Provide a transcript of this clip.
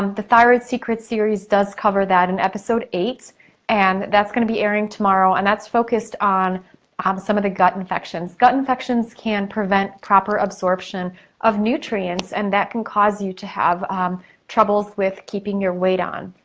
the thyroid secret series does cover that in episode eight and that's gonna be airing tomorrow and that's focused on um some of the gut infections. gut infections can prevent proper absorption of nutrients and that can cause you to have troubles with keeping your weight on.